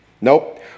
Nope